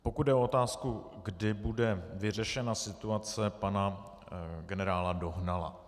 Pokud jde o otázku, kdy bude vyřešena situace pana generála Dohnala.